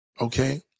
Okay